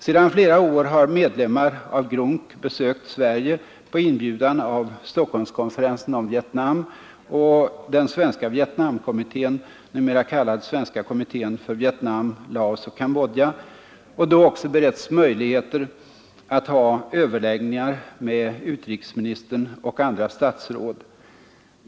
Sedan flera år har medlemmar av GRUNC besökt Sverige på inbjudan av Stockholmskonferensen om Vietnam och den svenska Vietnamkommittén, numera kallad Svenska kommittén för Vietnam, Laos och Cambodja, och då också beretts möjligheter att ha överläggningar med utrikesministern och andra statsråd.